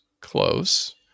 close